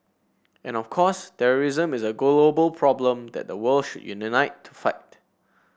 and of course terrorism is a global problem that the world should unite to fight